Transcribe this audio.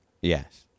Yes